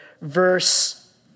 verse